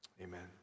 amen